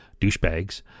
douchebags